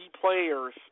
players